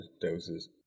doses